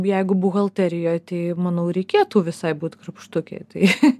jeigu buhalterijoj tai manau reikėtų visai būt krapštukei tai